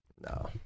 No